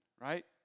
right